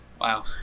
Wow